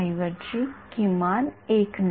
विद्यार्थीः कमीतकमी उर्जा किमान असते